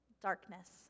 darkness